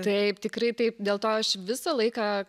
taip tikrai taip dėl to aš visą laiką